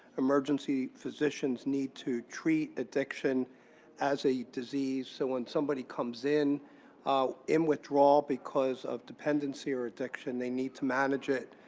emergency physicians need to treat addiction as a disease. so when somebody comes in in withdrawal because of dependency or addiction, they need to manage it,